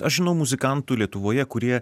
aš žinau muzikantų lietuvoje kurie